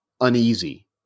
uneasy